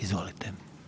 Izvolite.